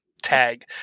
tag